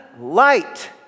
light